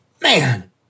man